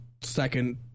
second